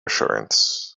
assurance